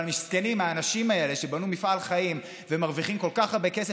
אבל מסכנים האנשים האלה שבנו מפעל חיים והם מרוויחים כל כך הרבה כסף,